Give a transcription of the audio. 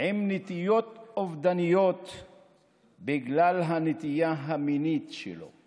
עם נטיות אובדניות בגלל הנטייה המינית שלו.